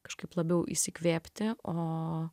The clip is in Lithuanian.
kažkaip labiau įsikvėpti o